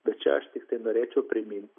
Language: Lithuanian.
bet čia aš tiktai norėčiau priminti